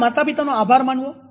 તમારા માતા પિતાનો આભાર માનવો